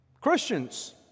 Christians